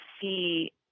see